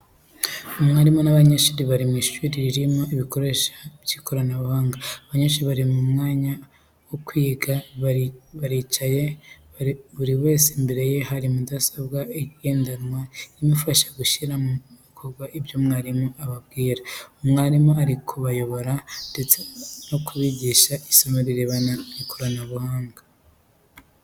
Umwarimu n’abanyeshuri bari mu ishuri ririmo ibikoresho by’ikoranabuhanga. Abanyeshuri bari mu mwanya wo kwiga, baricaye buri wese imbere ye hari mudasobwa igendanwa imufasha gushyira mu bikorwa ibyo mwarimu ababwira. Mwarimu ari kubayobora ndetse no kubigisha isomo rirebana n'ikoranabuhanga.